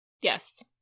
Yes